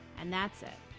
and that's it,